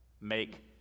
Make